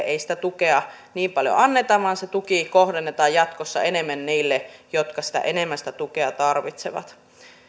ei sitä tukea niin paljon anneta vaan se tuki kohdennetaan jatkossa enemmän niille jotka enemmän sitä tukea tarvitsevat